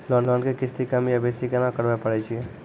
Loan के किस्ती कम या बेसी केना करबै पारे छियै?